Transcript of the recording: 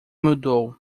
mudou